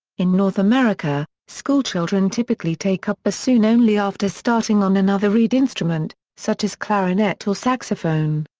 in north america, schoolchildren typically take up bassoon only after starting on another reed instrument, such as clarinet or saxophone.